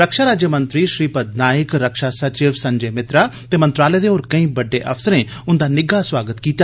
रक्षा राज्यमंत्री श्रीपद नाइक रक्षा सचिव संजय मित्रा ते मंत्रालय दे होर केंई बड्डे अफसरें उन्दा निग्गा स्वागत कीता